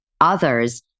others